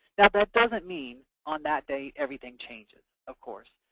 that but doesn't mean on that day everything changes, of course.